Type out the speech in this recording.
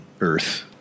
Earth